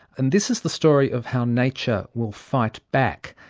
and this is the story of how nature will fight back.